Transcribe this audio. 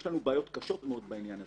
יש לנו בעיות קשות מאוד בעניין הזה.